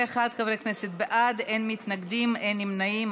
61 חברי כנסת בעד, אין מתנגדים, אין נמנעים.